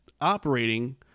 operating